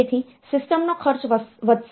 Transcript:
તેથી સિસ્ટમનો ખર્ચ વધશે